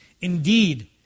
Indeed